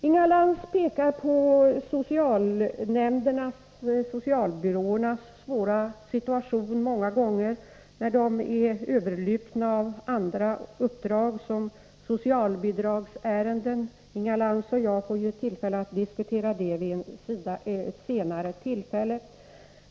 Inga Lantz pekar på socialnämndernas och socialbyråernas många gånger svåra situation när de är överlupna av andra uppdrag, t.ex. socialbidragsärenden. Inga Lantz och jag får ju tillfälle att diskutera det vid ett senare tillfälle.